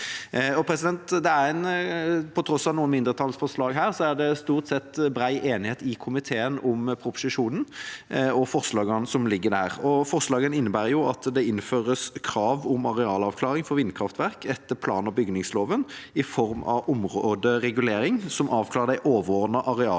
leverer på nå. På tross av noen mindretallsforslag er det stort sett bred enighet i komiteen om proposisjonen og forslagene som ligger der. Forslagene innebærer at det innføres krav om arealavklaring for vindkraftverk etter plan- og bygningsloven i form av områderegulering som avklarer de overordnede arealmessige